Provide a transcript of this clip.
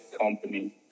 company